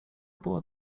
było